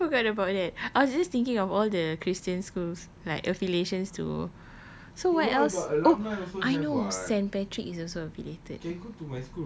I totally forgot about that I was just thinking of all the christian school like affiliation to so where else oh I know saint patrick is also affiliated